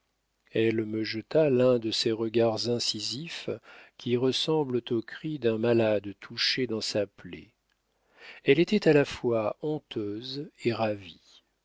elle me jeta l'un de ces regards incisifs qui ressemblent au cri d'un malade touché dans sa plaie elle était à la fois honteuse et ravie